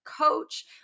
coach